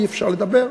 אי-אפשר לדבר.